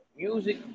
music